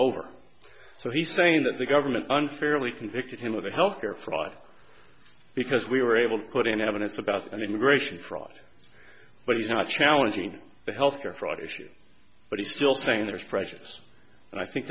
over so he's saying that the government unfairly convicted him of the health care fraud because we were able to put in evidence about an immigration fraud but he's not challenging the health care fraud issue but he still thinks there's prejudice and i think